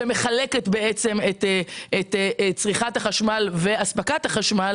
שמחלקת את צריכת החשמל ואספקת החשמל